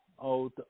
out